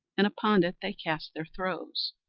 and upon it they cast their throws.